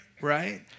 right